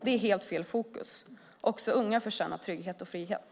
Det är helt fel fokus. Också unga ska få känna trygghet och frihet.